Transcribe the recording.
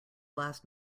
last